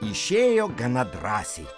išėjo gana drąsiai